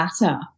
matter